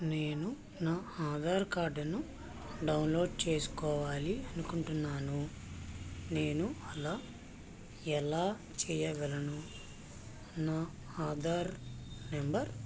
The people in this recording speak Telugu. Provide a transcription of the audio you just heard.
నేను నా ఆధార్ కార్డును డౌన్లోడ్ చేసుకోవాలి అనుకుంటున్నాను నేను అలా ఎలా చెయ్యగలను నా ఆధార్ నెంబర్